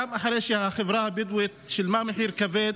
גם אחרי שהחברה הבדואית שילמה מחיר כבד,